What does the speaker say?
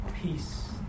peace